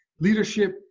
leadership